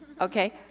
Okay